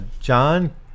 John